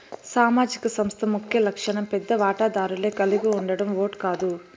సామాజిక సంస్థ ముఖ్యలక్ష్యం పెద్ద వాటాదారులే కలిగుండడం ఓట్ కాదు